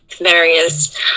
various